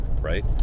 right